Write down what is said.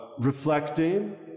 reflecting